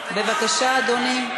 בבקשה, אדוני.